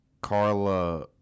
Carla